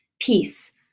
peace